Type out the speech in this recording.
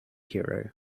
hero